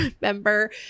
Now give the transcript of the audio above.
remember